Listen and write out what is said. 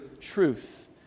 truth